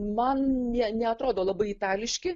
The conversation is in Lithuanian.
man nė neatrodo labai itališki